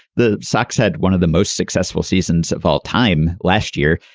the sox had one of the most successful seasons of all time last year.